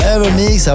Evermix